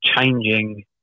changing